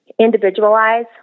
individualize